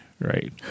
Right